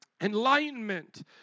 Enlightenment